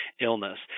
illness